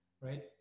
right